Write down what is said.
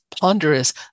ponderous